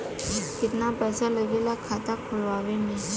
कितना पैसा लागेला खाता खोलवावे में?